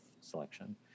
selection